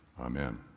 Amen